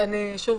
שוב,